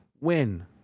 win